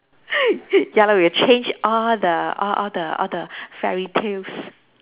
ya lor we'll change all the all all the all the fairy tales